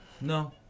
No